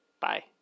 Bye